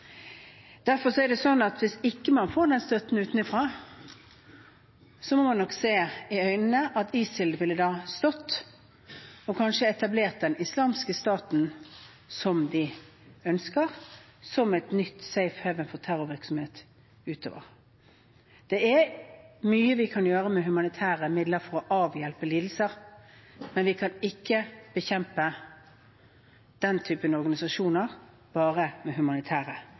Hvis man ikke får den støtten utenfra, må man nok se i øynene at ISIL da ville stått, og kanskje etablert den islamske staten som de ønsker, som et nytt «safe haven» for terrorvirksomhet utover. Det er mye vi kan gjøre med humanitære midler for å avhjelpe lidelser, men vi kan ikke bekjempe den typen organisasjoner med bare humanitære